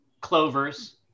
clovers